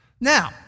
Now